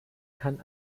kann